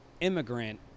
immigrant